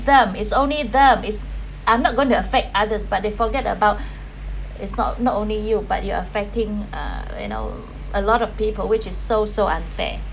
them is only them is I'm not going to affect others but they forget about is not not only you but you're affecting uh you know a lot of people which is so so unfair